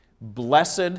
Blessed